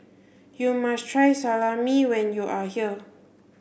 you must try Salami when you are here